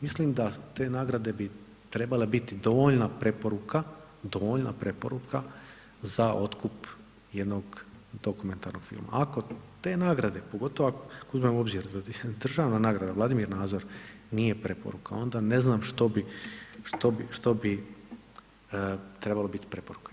Mislim da te nagrade bi trebale biti dovoljna preporuka, dovoljna preporuka za otkup jednog tog ... Ako te nagrade, pogotovo ako uzmemo u obzir, da državna nagrada Vladimir Nazor nije preporuka, onda ne znam što bi, što bi trebalo biti preporuka.